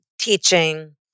teaching